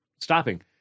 stopping